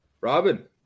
Robin